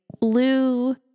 blue